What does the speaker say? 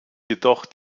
jedoch